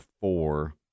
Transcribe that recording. four